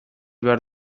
behar